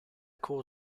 cour